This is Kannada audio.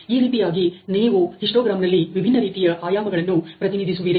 ಈ ರೀತಿಯಾಗಿ ನೀವು ಹಿಸ್ಟೋಗ್ರಾಮ್ನಲ್ಲಿ ವಿಭಿನ್ನ ರೀತಿಯ ಆಯಾಮಗಳನ್ನು ಪ್ರತಿನಿಧಿಸುವಿರಿ